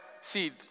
seed